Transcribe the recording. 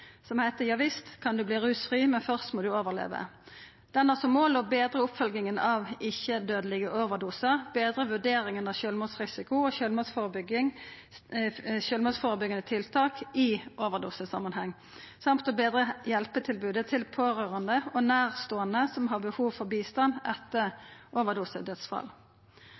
som heiter «Ja visst kan du bli rusfri – men først må du overleve». Han har som mål å betra oppfølginga av ikkje-dødelege overdosar, betre vurderinga av sjølvmordsrisiko og sjølvmordsførebyggjande tiltak i overdosesamanheng samt å betre hjelpetilbodet til pårørande og nærståande som har behov for bistand etter